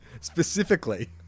specifically